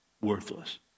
worthless